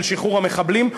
של שחרור מחבלים,